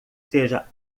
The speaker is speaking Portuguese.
seja